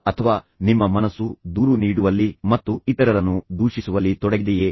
ಅಥವಾ ನಿಮ್ಮ ಮನಸ್ಸು ದೂರು ನೀಡುವಲ್ಲಿ ಮತ್ತು ಇತರರನ್ನು ದೂಷಿಸುವಲ್ಲಿ ತೊಡಗಿದೆಯೇ